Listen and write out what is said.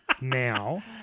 now